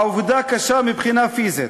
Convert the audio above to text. העבודה קשה מבחינה פיזית.